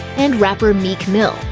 and rapper meek mill.